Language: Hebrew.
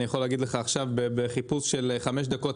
אני יכול להגיד לך עכשיו, בחיפוש של חמש דקות.